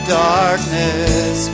darkness